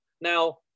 Now